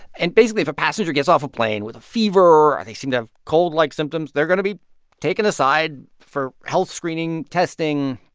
and basically, if a passenger gets off a plane with a fever or they seem to have cold-like symptoms, they're going to be taken aside for health screening testing.